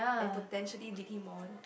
and potentially lead him on